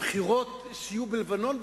הבחירות שיהיו בלבנון,